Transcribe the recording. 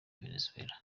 venezuela